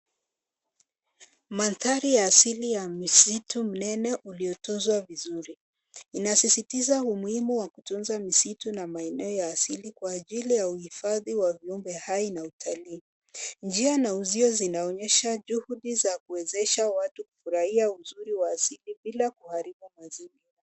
Mandhari ya asili ya msitu mnene uliotunzwa vizuri. Inasisitiza umuhimu wa kutunza misitu na maeneo ya asili kwa ajili ya kuhifadhi wa viumbe hai na utalii. Njia na uzio zinaonyesha juhudi za kuwezesha watu kufurahia uzuri wa asili bila kuharibu mazingira.